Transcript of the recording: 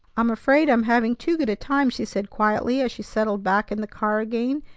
i'm afraid i'm having too good a time, she said quietly as she settled back in the car again,